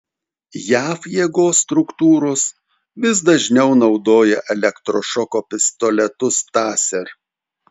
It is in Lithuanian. jav jėgos struktūros vis dažniau naudoja elektrošoko pistoletus taser